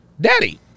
daddy